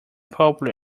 popular